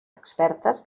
expertes